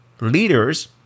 leaders